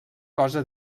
cosa